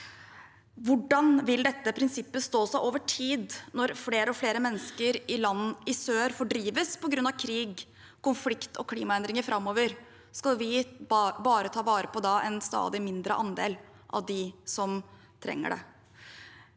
Hvordan vil dette prinsippet stå seg over tid, når flere og flere mennesker i land i sør fordrives på grunn av krig, konflikt og klimaendringer framover? Skal vi da bare ta vare på en stadig mindre andel av dem som trenger det?